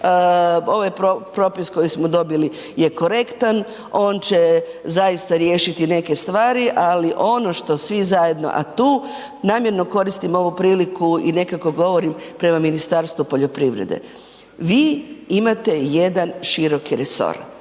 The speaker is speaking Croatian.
Ovaj propis koji smo dobili je korektan, on će zaista riješiti neke stvari, ali ono što svi zajedno, a tu namjerno koristim ovu priliku i nekako govorim prema Ministarstvu poljoprivrede. Vi imate jedan široki resor,